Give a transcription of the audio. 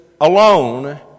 alone